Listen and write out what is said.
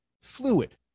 fluid